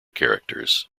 characters